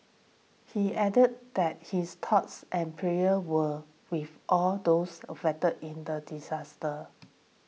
he added that his thoughts and prayers were with all those affected in the disaster